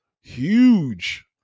Huge